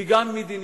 וגם מדיניות,